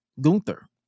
Gunther